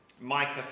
Micah